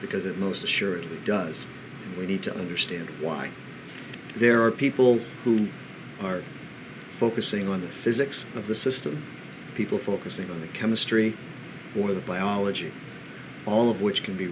because it most assuredly does we need to understand why there are people who are focusing on the physics of the system people focusing on the chemistry or the biology all of which can be